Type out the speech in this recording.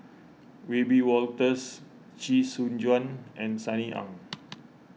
Wiebe Wolters Chee Soon Juan and Sunny Ang